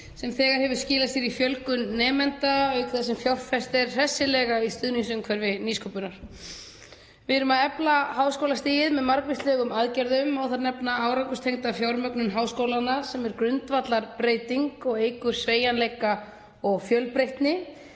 sem þegar hefur skilað sér í fjölgun nemenda, auk þess sem fjárfest er hressilega í stuðningsumhverfi nýsköpunar. Við erum að efla háskólastigið með margvíslegum aðgerðum og má þar nefna árangurstengda fjármögnun háskólanna sem er grundvallarbreyting og eykur sveigjanleika og fjölbreytni.